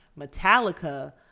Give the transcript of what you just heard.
Metallica